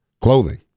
clothing